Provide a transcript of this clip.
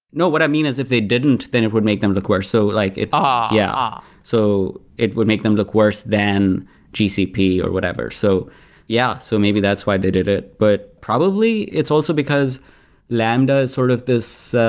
no, what i mean is if they didn't, then it would make them look worse. so like ah yeah. so it would make them look worse than gcp, or whatever. so yeah, so maybe that's why they did it. but probably, it's also because lambda is sort of this